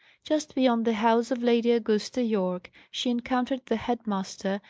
just beyond the house of lady augusta yorke she encountered the head-master,